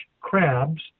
crabs